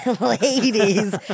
ladies